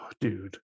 dude